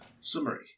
Summary